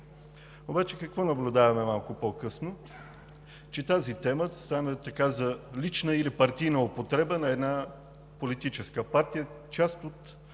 Обаче какво наблюдаваме малко по-късно?! Че тази тема стана за лична или партийна употреба на една политическа партия, част от